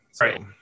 Right